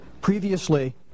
previously